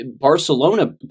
Barcelona